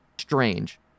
strange